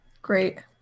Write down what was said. Great